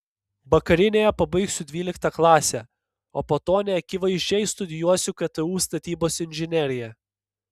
vakarinėje pabaigsiu dvyliktą klasę o po to neakivaizdžiai studijuosiu ktu statybos inžineriją